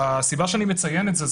הסיבה שאני מציין את זה,